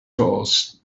force